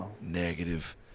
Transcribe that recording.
Negative